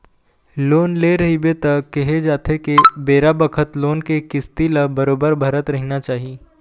loan ले रहिबे त केहे जाथे के बेरा बखत लोन के किस्ती ल बरोबर भरत रहिना चाही